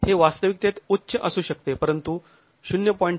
हे वास्तविकतेत उच्च असू शकते परंतु ०